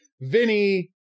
Vinny